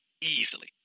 Easily